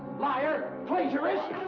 liar! plagiarist!